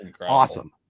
awesome